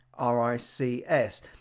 RICS